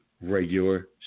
regular